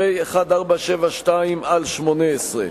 פ/1472/18.